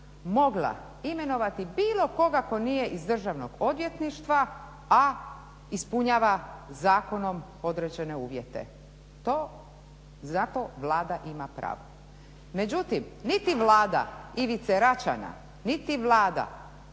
mogla imenovati bilo koga tko nije iz Državnog odvjetništva, a ispunjava zakonom određene uvjete. Zato Vlada ima pravo. Međutim niti vlada Ivice Račana, niti vlada